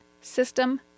system